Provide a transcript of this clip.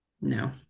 no